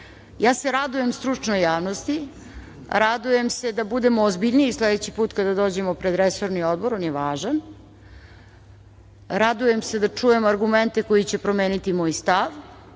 Ja se radujem stručnoj javnosti, radujem se da budemo ozbiljniji sledeći put kada dođemo pred resorni odbor, on je važan. Radujem se da čujem argumente koji će promeniti moj stav,